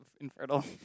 infertile